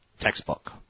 textbook